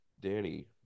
Danny